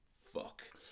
Fuck